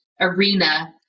arena